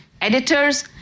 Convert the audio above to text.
editors